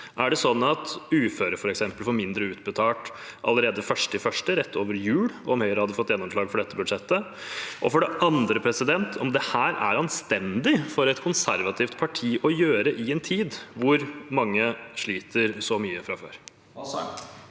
Er det sånn at uføre f.eks. ville fått mindre utbetalt allerede 1. januar, rett over jul, om Høyre hadde fått gjennomslag for dette budsjettet? For det andre: Er dette anstendig for et konservativt parti å gjøre i en tid hvor mange sliter så mye fra før?